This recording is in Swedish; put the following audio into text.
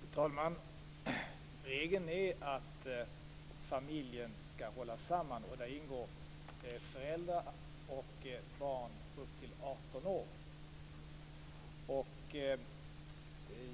Fru talman! Regeln är att familjen skall hållas samman. Där ingår föräldrar och barn upp till 18 år.